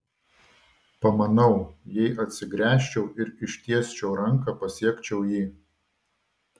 pamanau jei atsigręžčiau ir ištiesčiau ranką pasiekčiau jį